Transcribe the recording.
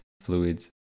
fluids